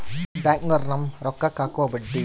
ಬ್ಯಾಂಕ್ನೋರು ನಮ್ಮ್ ರೋಕಾಕ್ಕ ಅಕುವ ಬಡ್ಡಿ